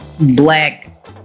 black